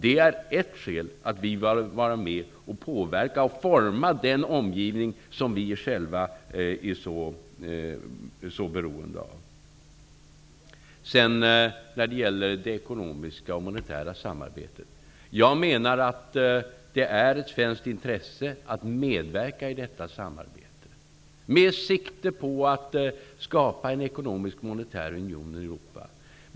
Det är ett skäl till att vi bör vara med och påverka och forma den omgivning som vi själva är så beroende av. Jag menar att det är ett svenskt intresse att medverka i det ekonomiska och monetära samarbetet, med sikte på att skapa en ekonomisk monetär union i Europa.